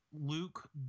Luke